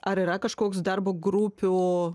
ar yra kažkoks darbo grupių